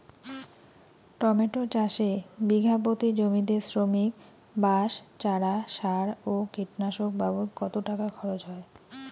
Tomato চাষে বিঘা প্রতি জমিতে শ্রমিক, বাঁশ, চারা, সার ও কীটনাশক বাবদ কত টাকা খরচ হয়?